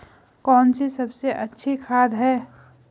कौन सी सबसे अच्छी खाद है?